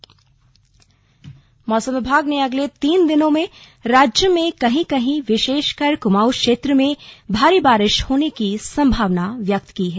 मौसम मौसम विभाग ने अगले तीन दिनों में राज्य में कहीं कहीं विशेषकर कुमाऊं क्षेत्र में भारी बारिश होने की संभावना व्यक्त की है